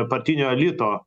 partinio elito